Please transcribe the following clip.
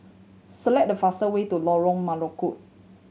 select the faster way to Lorong Melukut